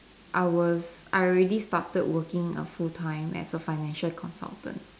I was I already started working a full time as a financial consultant